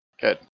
Good